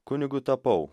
kunigu tapau